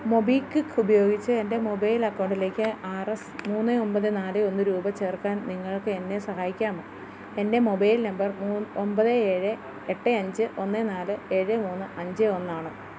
MobiKwik ഉപയോഗിച്ച് എൻ്റെ mobile അക്കൗണ്ടിലേക്ക് ആർ എസ് മൂന്ന് ഒൻപത് നാല് ഒന്ന് രൂപ ചേർക്കാൻ നിങ്ങൾക്കെന്നെ സഹായിക്കാമോ എൻ്റെ മൊബൈൽ നമ്പർ മൂ ഒൻപത് ഏഴ് എട്ട് അഞ്ച് ഒന്ന് നാല് ഏഴ് മൂന്ന് അഞ്ച് ഒന്നാണ്